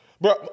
bro